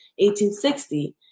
1860